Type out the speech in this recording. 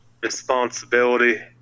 responsibility